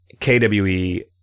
KWE